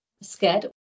scared